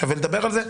שווה לדבר על זה,